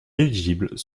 éligibles